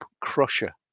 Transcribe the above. crusher